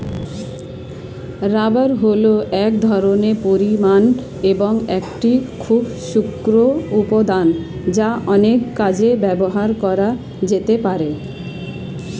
rubber হল এক ধরণের পলিমার এবং একটি খুব শক্ত উপাদান যা অনেক কাজে ব্যবহার করা যেতে পারে